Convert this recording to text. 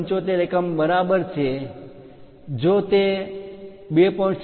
75 એકદમ બરાબર છે જો તે 2